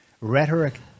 rhetoric